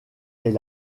est